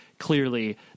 Clearly